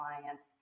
clients